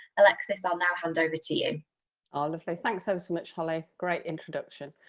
alexis, i'll now hand over to you. oh, lovely, thanks so so much holly great introduction.